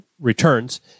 returns